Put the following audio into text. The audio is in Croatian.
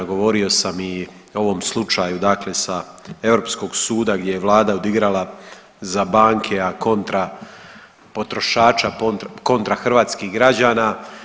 Govorio sam i u ovom slučaju sa europskog suda gdje je vlada odigrala za banke, a kontra potrošača, kontra hrvatskih građana.